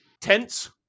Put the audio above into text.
tents